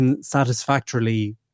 satisfactorily